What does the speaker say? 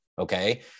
okay